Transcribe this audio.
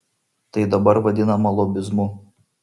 tai dabar vadinama lobizmu